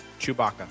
Chewbacca